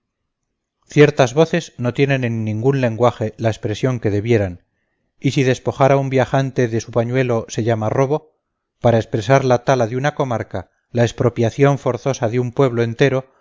ciertas voces no tienen en ningún lenguaje la extensión que debieran y si despojar a un viajante de su pañuelo se llama robo para expresar la tala de una comarca la expropiación forzosa de un pueblo entero